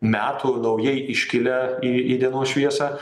metų naujai iškilę į į dienos šviesą